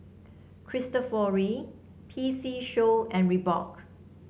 Cristofori P C Show and Reebok